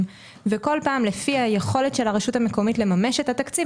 וכל פעם לפי היכולת של הרשות המקומית לממש את התקציב,